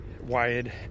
wired